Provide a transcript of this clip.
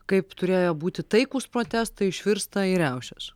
kaip turėjo būti taikūs protestai išvirsta į riaušes